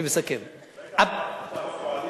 אתה בקואליציה או לא?